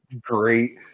great